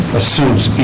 assumes